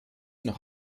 noch